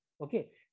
okay